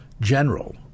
general